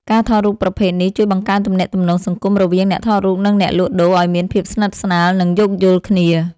ការថតរូបប្រភេទនេះជួយបង្កើនទំនាក់ទំនងសង្គម រវាងអ្នកថតរូប និងអ្នកលក់ដូរឱ្យមានភាពស្និទ្ធស្នាល និងយោគយល់គ្នា។